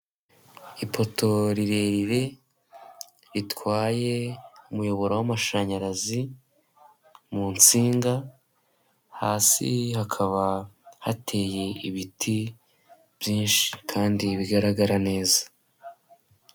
Ipoto rirerire ritwaye umuyoboro w'amashanyarazi, mu nsinga hasi hakaba hateye ibiti, byinshi kandi bigaragara neza.